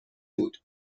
بود